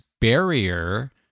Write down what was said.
barrier